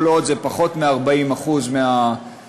כל עוד זה פחות מ-40% מהתושבים,